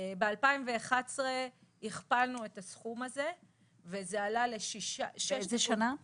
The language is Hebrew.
ב-2011 הכפלנו את הסכום הזה וזה עלה ל-6.4